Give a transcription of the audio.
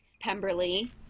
pemberley